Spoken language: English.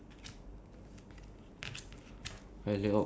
uh you start first you ask the question or something